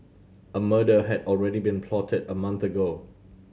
a murder had already been plotted a month ago